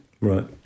right